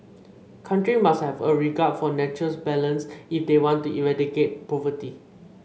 country must have a regard for nature's balance if they want to eradicate poverty